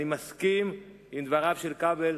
אני מסכים עם דבריו של חבר הכנסת כבל,